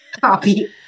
copy